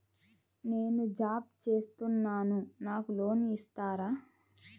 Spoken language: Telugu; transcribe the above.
నేను జాబ్ చేస్తున్నాను నాకు లోన్ ఇస్తారా?